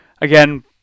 again